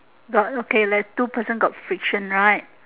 got like two person got friction right